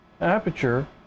aperture